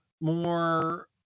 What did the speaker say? more